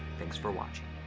thanks for watching.